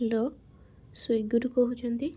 hello ସ୍ଵିଗିରୁ କହୁଛନ୍ତି